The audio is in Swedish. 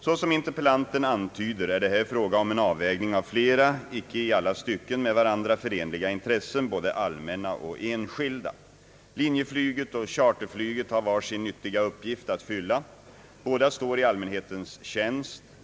Såsom interpellanten antyder är det här fråga om en avvägning av flera, icke i alla stycken med varandra förenliga intressen, både allmänna och enskilda. Linjeflyget och charterflyget har var sin nyttiga uppgift att fylla. Båda står i allmänhetens tjänst.